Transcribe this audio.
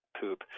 poop